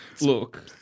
Look